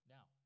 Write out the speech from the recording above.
Now